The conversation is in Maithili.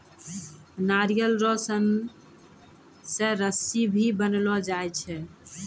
नारियल रो सन से रस्सी भी बनैलो जाय छै